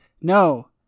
No